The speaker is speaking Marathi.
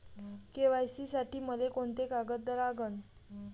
के.वाय.सी साठी मले कोंते कागद लागन?